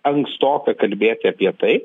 ankstoka kalbėti apie tai